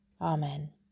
Amen